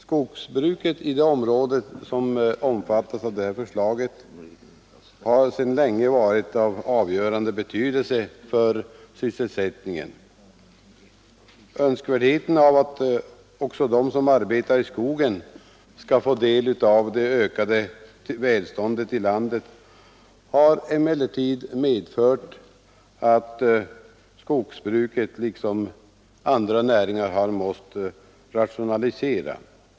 Skogsbruket i det område som omfattas av förslaget har sedan länge varit av avgörande betydelse för sysselsättningen. Önskvärdheten av att även de som arbetar i skogen skall få del av det ökade välståndet i landet har emellertid medfört att skogsbruket liksom andra näringar har måst rationaliseras.